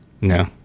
No